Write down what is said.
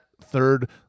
third